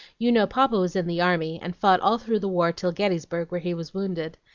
you know papa was in the army, and fought all through the war till gettysburg, where he was wounded.